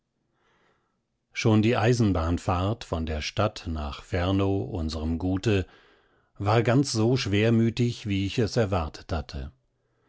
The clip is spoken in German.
schon die eisenbahnfahrt von der stadt nach fernow unserem gute war ganz so schwermütig wie ich es erwartet hatte